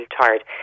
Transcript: tired